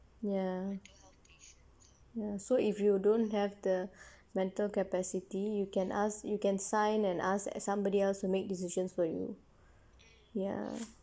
ya ya so if you don't have the mental capacity you can ask you can sign and ask somebody else to make decisions for you ya